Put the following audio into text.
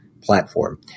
platform